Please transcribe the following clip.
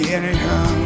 anyhow